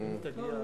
לא,